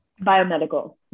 Biomedical